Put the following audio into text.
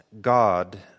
God